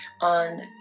on